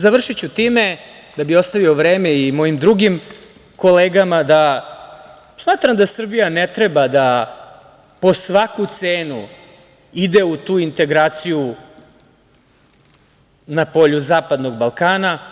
Završiću time da bih ostavio vreme i mojim drugim kolegama, smatram da Srbija ne treba da po svaku cenu ide u tu integraciju na polju zapadnog Balkana.